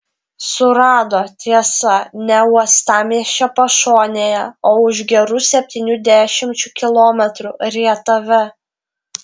surado tiesa ne uostamiesčio pašonėje o už gerų septynių dešimčių kilometrų rietave